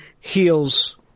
heals